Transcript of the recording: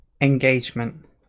engagement